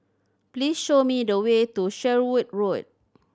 please show me the way to Sherwood Road